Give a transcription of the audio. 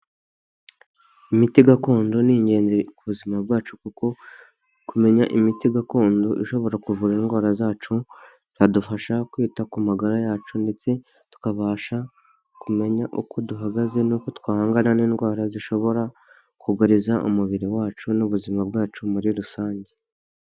Imiti gakondo ni ingenzi ku buzima bwacu kuko kumenya imiti gakondo ishobora kuvura indwara zacu, zadufasha kwita ku magara yacu ndetse tukabasha kumenya uko duhagaze n'uko twahangana n'indwara zishobora kugariza umubiri wacu n'ubuzima bwacu muri rusange.